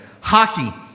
Hockey